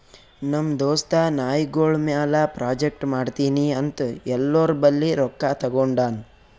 ನಮ್ ದೋಸ್ತ ನಾಯ್ಗೊಳ್ ಮ್ಯಾಲ ಪ್ರಾಜೆಕ್ಟ್ ಮಾಡ್ತೀನಿ ಅಂತ್ ಎಲ್ಲೋರ್ ಬಲ್ಲಿ ರೊಕ್ಕಾ ತಗೊಂಡಾನ್